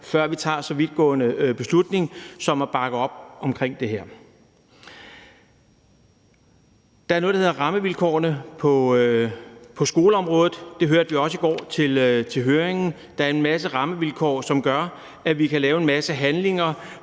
før vi tager så vidtgående en beslutning som at bakke op om det her. Der er nogle rammevilkår på skoleområdet, og det hørte vi også om ved høringen i går. Der er en masse rammevilkår, som gør, at vi kan foretage en masse handlinger,